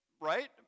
right